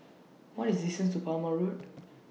What IS The distance to Palmer Road